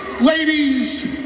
ladies